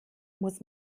muss